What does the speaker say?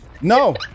no